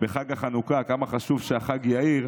בחג החנוכה, כמה חשוב שהחג יאיר.